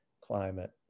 climate